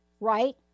right